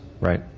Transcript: right